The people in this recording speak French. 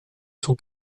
son